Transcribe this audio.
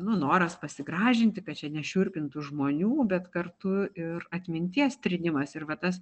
nu noras pasigražinti kad čia nešiurpintų žmonių bet kartu ir atminties trynimas ir va tas